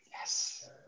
Yes